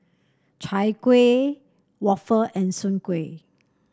Chai Kuih Waffle and Soon Kuih